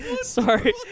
Sorry